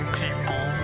people